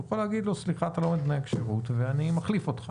הוא יכול להגיד לו שהוא לא עומד בתנאי הכשירות ואני מחליף אותך.